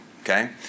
Okay